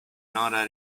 nora